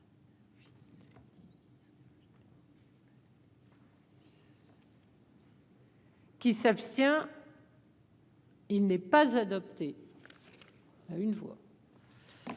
Qui s'abstient, il n'est pas adopté